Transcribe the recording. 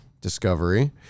discovery